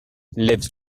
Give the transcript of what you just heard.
lives